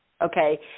okay